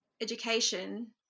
education